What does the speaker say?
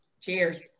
Cheers